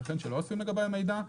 יתכן שלא אוספים לגבי מידע.